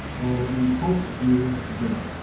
and we hope you dig it.